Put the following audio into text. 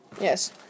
Yes